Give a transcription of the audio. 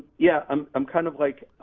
yeah, i'm um kind of like,